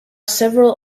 several